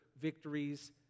victories